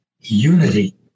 unity